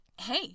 hey